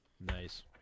Nice